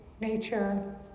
nature